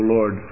Lord